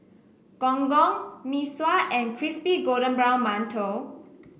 Gong Gong Mee Sua and Crispy Golden Brown Mantou